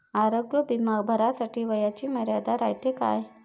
आरोग्य बिमा भरासाठी वयाची मर्यादा रायते काय?